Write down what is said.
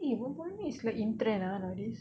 eh bomboloni is the in trend ah nowadays